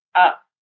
up